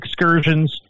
excursions